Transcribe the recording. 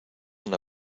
una